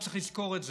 צריך לזכור את זה.